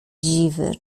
dziwy